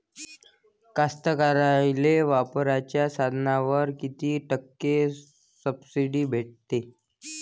कास्तकाराइले वावराच्या साधनावर कीती टक्के सब्सिडी भेटते?